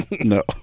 No